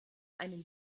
einen